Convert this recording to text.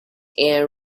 and